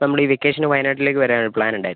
നമ്മളീ വെക്കേഷനു വയനാട്ടിലേക്ക് വരാനൊരു പ്ലാനുണ്ടേ